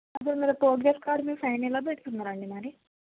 అసలు మీరు progress card మీద సైన్ ఎలా పెడుతున్నారు అండి మరి